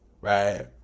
Right